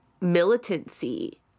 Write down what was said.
militancy